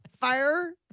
Fire